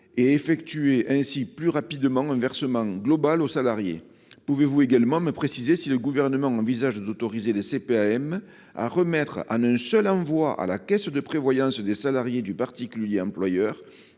et d’effectuer ainsi plus rapidement un versement global au salarié ? Pouvez vous également me préciser si le Gouvernement envisage d’autoriser les CPAM à remettre en un seul envoi à la caisse de prévoyance des salariés du particulier employeur